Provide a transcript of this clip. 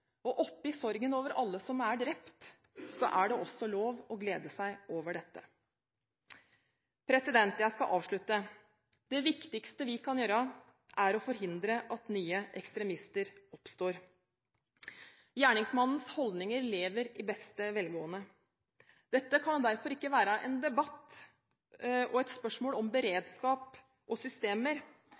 Oppi sorgen over alle som er drept, er det også lov å glede seg over dette. Jeg skal avslutte: Det viktigste vi kan gjøre, er å forhindre at nye ekstremister oppstår. Gjerningsmannens holdninger lever i beste velgående. Dette kan derfor ikke bare være en debatt og et spørsmål om beredskap og systemer.